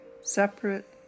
separate